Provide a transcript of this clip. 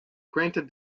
granted